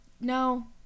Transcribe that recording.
No